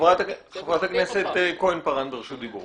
חברת הכנסת כהן-פארן ברשות דיבור.